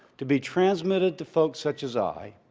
to be transmitted to folks, such as i,